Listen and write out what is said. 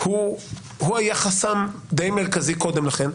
הוא היה חסם די מרכזי קודם לכן.